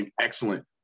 excellent